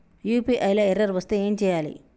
UPI లా error వస్తే ఏం చేయాలి?